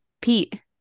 Pete